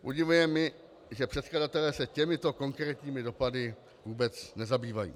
Udivuje mě, že předkladatelé se těmito konkrétními dopady vůbec nezabývají.